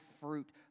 fruit